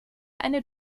eine